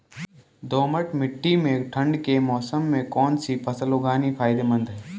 दोमट्ट मिट्टी में ठंड के मौसम में कौन सी फसल उगानी फायदेमंद है?